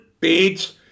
page